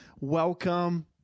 Welcome